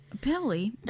Billy